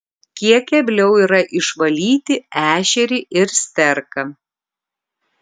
kiek kebliau yra išvalyti ešerį ir sterką